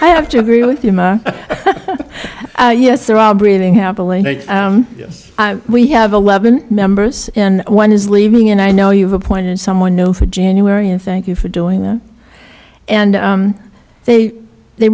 i have to agree with uma yes they're all breathing happily yes we have eleven members and one is leaving and i know you've appointed someone know for january and thank you for doing that and they they